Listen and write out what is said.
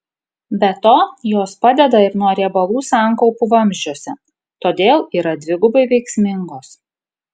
be to jos padeda ir nuo riebalų sankaupų vamzdžiuose todėl yra dvigubai veiksmingos